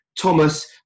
Thomas